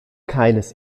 keines